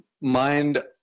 mind